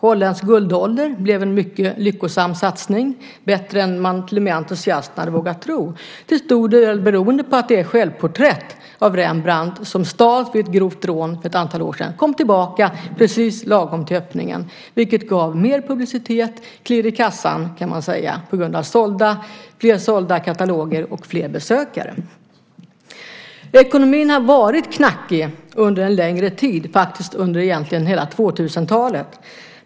Holländsk guldålder blev en mycket lyckosam satsning, till och med bättre än vad entusiasterna hade vågat tro, till stor del beroende på att det självporträtt av Rembrandt som stals vid ett grovt rån för ett antal år sedan kom tillbaka precis lagom till öppningen, vilket gav mer publicitet och klirr i kassan, kan man säga, på grund av fler sålda kataloger och fler besökare. Ekonomin har varit knackig under en längre tid, egentligen under hela 2000-talet.